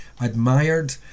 admired